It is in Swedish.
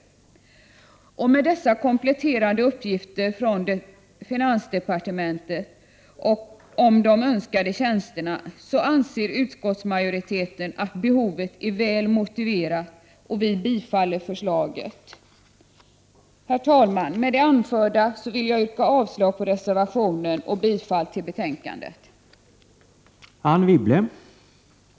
Med dessa kompletterande uppgifter från finansdepartementet om de önskade tjänsterna anser utskottsmajoriteten att behovet är väl motiverat, och vi biträder förslaget. Herr talman! Med det anförda vill jag yrka avslag på reservationen och bifall till utskottets hemställan.